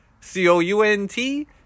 C-O-U-N-T